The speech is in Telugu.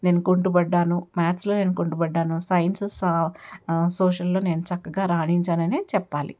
నేను కుంటుపడ్డాను మ్యాథ్స్లో నేను కుంటుపడ్డాను సైన్సెస్ సోషల్లో నేను చక్కగా రాణించాననే చెప్పాలి